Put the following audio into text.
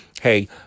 Hey